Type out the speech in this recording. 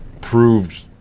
proved